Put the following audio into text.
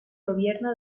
gobierno